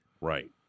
right